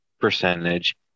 percentage